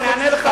אני אענה לך.